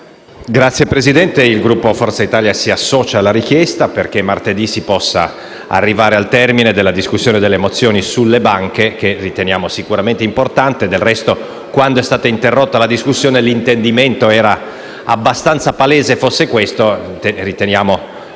Signor Presidente, il Gruppo di Forza Italia si associa alla richiesta, perché martedì si possa arrivare al termine della discussione delle mozioni sulle banche, che riteniamo sicuramente importante. Del resto, quando è stata interrotta la discussione era abbastanza palese che l'intendimento